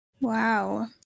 Wow